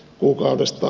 kuukaudessa